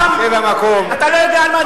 מסית ומדיח, אתה לא יודע על מה אתה מדבר.